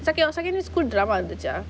does your secondary school drama